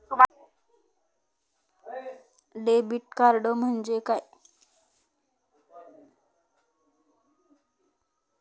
Debit card म्हणजे काय?